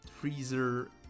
freezer